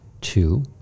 two